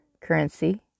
Currency